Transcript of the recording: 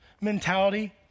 mentality